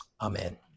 Amen